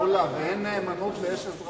מולה, בין אין נאמנות ליש אזרחות.